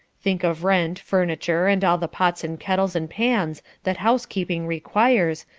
think of rent, furniture, and all the pots and kettles and pans that housekeeping requires,